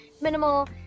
minimal